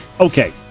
Okay